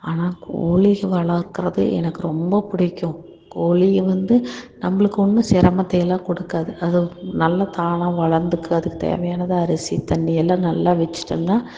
ஆனால் கோழிகள் வளர்க்கிறது எனக்கு ரொம்ப பிடிக்கும் கோழியை வந்து நம்மளுக்கு ஒன்றும் சிரமத்தையெல்லாம் கொடுக்காது அது நல்லா தானாக வளந்துக்கும் அதுக்கு தேவையானது அரிசி தண்ணி எல்லாம் நல்ல வெச்சிட்டோம்ன்னா